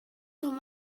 zur